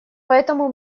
поэтому